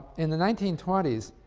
in the nineteen twenty s,